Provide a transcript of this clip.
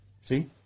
See